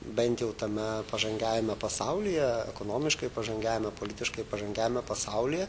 bent jau tame pažangiajame pasaulyje ekonomiškai pažangiajame politiškai pažangiajame pasaulyje